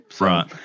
right